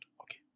Okay